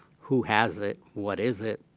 who has it, what is it,